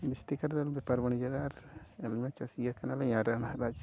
ᱡᱟᱹᱥᱛᱤᱠᱟᱭᱛᱮᱫᱚ ᱵᱮᱯᱟᱨ ᱵᱟᱹᱱᱤᱡᱡᱚ ᱟᱨ ᱟᱹᱞᱤᱧᱢᱟ ᱪᱟᱹᱥᱤᱭ ᱠᱟᱱᱟ ᱞᱤᱧ ᱟᱨ ᱚᱱᱟ ᱨᱟᱡᱽ